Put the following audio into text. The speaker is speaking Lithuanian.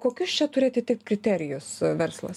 kokius čia turi atitikt kriterijus verslas